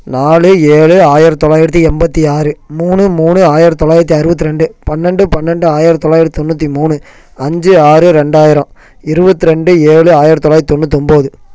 நாலு ஏழு ஆயிரத்து தொள்ளாயிரத்தி எண்பத்தி ஆறு மூணு மூணு ஆயிரத்து தொள்ளாயிரத்தி அறுபத்தி ரெண்டு பன்னெண்டு பன்னெண்டு ஆயிரத்து தொளாயிரத்து தொண்ணுற்றி மூணு அஞ்சு ஆறு ரெண்டாயிரம் இருபத்தி ரெண்டு ஏழு ஆயிரத்து தொளாயிரத்து தொண்ணுத்தொம்பது